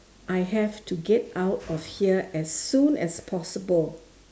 I have to get out of here as soon as possible